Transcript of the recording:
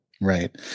Right